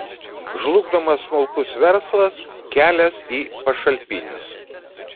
žlugdomas smulkus verslas kelias į pašalpinius